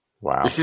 wow